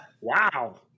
Wow